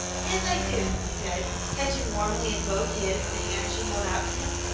yes, i do, he said, catching warmly in both his the hand she held out to him.